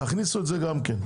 תכניסו גם את זה.